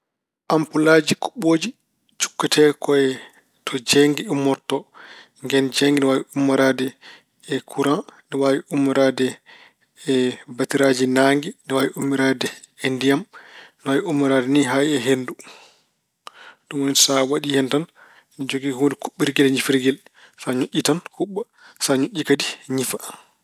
Ambuullaa jii ko'boo jii, cuqqutee koi too jeeengi ummorto gani jee ngi dha waai umura de e kura, dha waa umura de e bateraaji naangi, dha waa umurade e ndiyam, dha waa umurar ni haa e hendu. Duwan sawaa wadii hen ton jogee hundaa ko'koo bhirgeel nuifirgil sanyu itan kubba so anyuii dhikatiin nyifa.